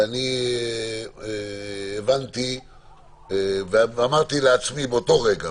אמרתי לעצמי באותו רגע,